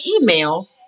email